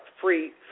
free